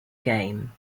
game